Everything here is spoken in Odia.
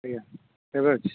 ଆଜ୍ଞା କେବେ ଅଛି